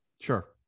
Sure